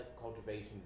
cultivation